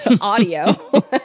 audio